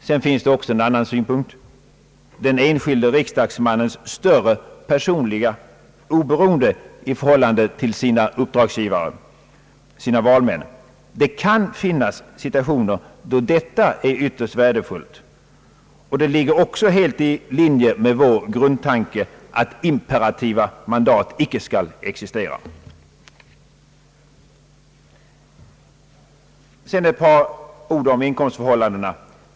Det finns också en annan synpunkt: den enskilde riksdagsmannens större personliga oberoende i förhållande till sina uppdragsgivare, sina valmän. Det kan finnas situationer då detta är ytterst värdefullt, och det ligger också helt i linje med vår grundtanke att imperativa mandat icke skall existera. Sedan skall jag säga några ord om inkomstförhållandena.